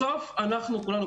בסוף אנחנו כולנו,